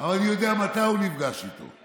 אבל אני יודע מתי הוא נפגש איתו.